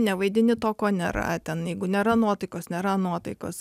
nevaidini to ko nėra ten jeigu nėra nuotaikos nėra nuotaikos